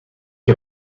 heb